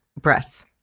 breasts